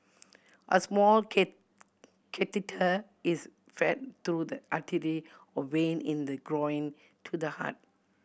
a small catheter is fed through the artery or vein in the groin to the heart